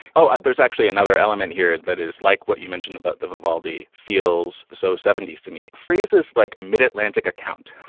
oh, there's actually another element here that is like what you mentioned about the vivaldi feels so seventy s to me. phrases like mid atlantic account,